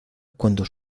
cuando